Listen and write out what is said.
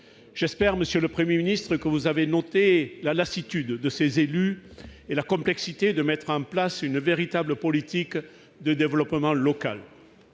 j'espère, monsieur le 1er ministre que vous avez noté la lassitude de ses élus et la complexité de mettre en place une véritable politique de développement local